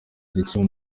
igice